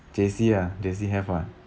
J_C ah J_C have [what]